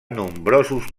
nombrosos